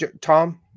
Tom